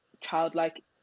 childlike